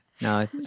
no